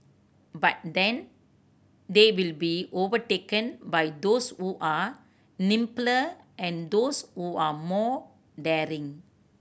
but then they will be overtaken by those who are nimbler and those who are more daring